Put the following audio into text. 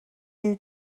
you